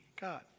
God